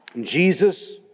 Jesus